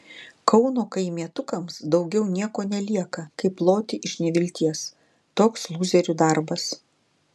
kauno kaimietukams daugiau nieko nelieka kaip loti iš nevilties toks lūzerių darbas